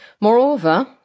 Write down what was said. Moreover